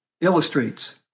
illustrates